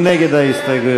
מי נגד ההסתייגויות?